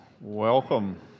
welcome